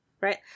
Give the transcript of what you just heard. right